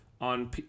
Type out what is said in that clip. on